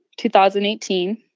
2018